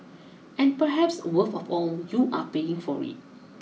and perhaps worst of all you are paying for it